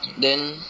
then